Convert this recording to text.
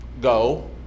go